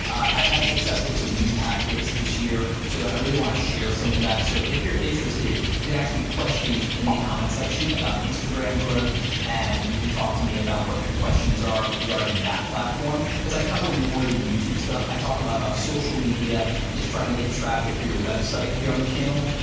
i've had success with some new tactics this year, so i really wanna share some of that, so if you're interested, you can ask me questions in the comment section about instagram growth and you can talk to me about what your questions are regarding that platform, cause i cover more than youtube stuff, i talk a lot about social media, and just trying to get traffic for you website here on the channel,